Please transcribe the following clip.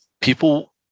people